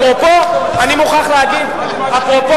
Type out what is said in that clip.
אפרופו, אני מוכרח להגיד, אפרופו